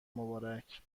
مبارک